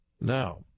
Now